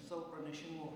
savo pranešimo